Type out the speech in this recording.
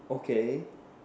okay